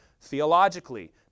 theologically